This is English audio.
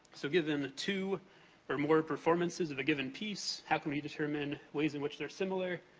so, given two or more performances of a given piece, how can we determine ways in which they're similar,